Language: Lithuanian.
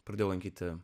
pradėjau lankyti